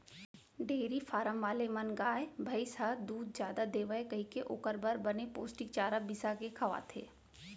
dairy farm वाले मन गाय, भईंस ह दूद जादा देवय कइके ओकर बर बने पोस्टिक चारा बिसा के खवाथें